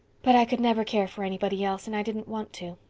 but i could never care for anybody else and i didn't want to.